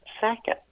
second